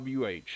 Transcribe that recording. WH